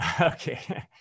Okay